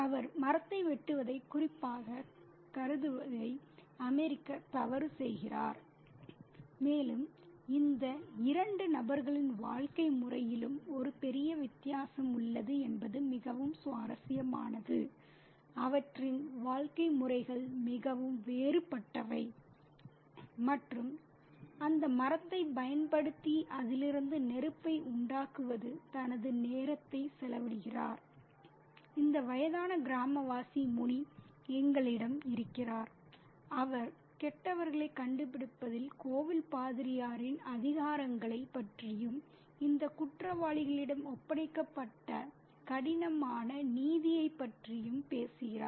அவர் மரத்தை வெட்டுவதைக் குறிப்பதாகக் கருதுவதை அமெரிக்கர் தவறு செய்கிறார் மேலும் இந்த இரண்டு நபர்களின் வாழ்க்கை முறையிலும் ஒரு பெரிய வித்தியாசம் உள்ளது என்பது மிகவும் சுவாரஸ்யமானது அவற்றின் வாழ்க்கை முறைகள் மிகவும் வேறுபட்டவை மற்றும் இந்த அமெரிக்கர் தனது ஓய்வு நேரத்தில் சறுக்கல் மரத்தை வெட்டுவது மற்றும் அந்த மரத்தைப் பயன்படுத்தி அதிலிருந்து நெருப்பை உண்டாக்குவது தனது நேரத்தை செலவிடுகிறார் இந்த வயதான கிராமவாசி முனி எங்களிடம் இருக்கிறார் அவர் கெட்டவர்களைக் கண்டுபிடிப்பதில் கோவில் பாதிரியாரின் அதிகாரங்களைப் பற்றியும் இந்த குற்றவாளிகளிடம் ஒப்படைக்கப்பட்ட கடினமான நீதியைப் பற்றியும் பேசுகிறார்